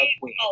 Queen